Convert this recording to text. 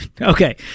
Okay